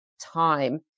time